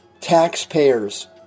taxpayers